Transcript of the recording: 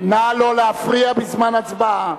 נא לא להפריע בזמן ההצבעה.